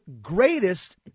greatest